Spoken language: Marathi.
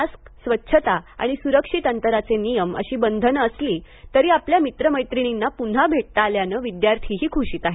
मास्क स्वच्छता आणि स्रक्षित अंतराचे नियम अशी बंधन असली तरी आपल्या मित्रमैत्रिणींना पुन्हा भेटता आल्यानं विद्यार्थीही ख्शीत आहेत